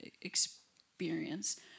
experience